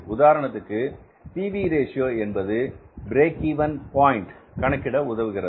உதாரணத்திற்கு P V ratio PV Ratio என்பது break even point கணக்கிட உதவுகிறது